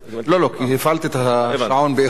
לא, לא, כי הפעלתי את השעון באיחור של דקה.